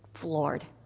floored